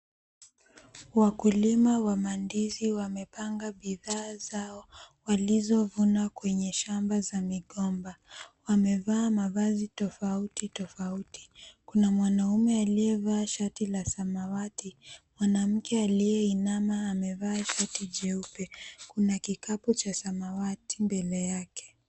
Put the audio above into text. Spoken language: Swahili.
Wakulima wa mandizi wamepanga bidhaa zao walizovuna kwenye shamba za migomba. Wamevaa mavazi tofauti tofauti. Kuna mwanaume aliyevaa shati la samawati. Mwanamke aliyeinama amevaa shati jeupe. Kuna kikapu cha samawati mbele yake